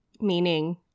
Meaning